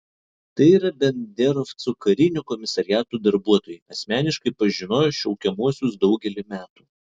tai yra banderovcų karinių komisariatų darbuotojai asmeniškai pažinoję šaukiamuosius daugelį metų